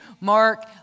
Mark